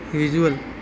visual